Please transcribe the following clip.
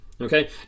Okay